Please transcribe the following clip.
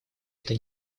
это